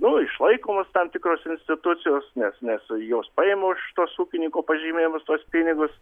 nu išlaikomos tam tikros institucijos nes nes jos paima už tuos ūkininko pažymėjimus tuos pinigus